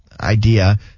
idea